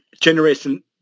generation